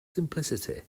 simplicity